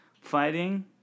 fighting